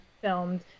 filmed